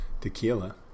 tequila